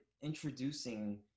introducing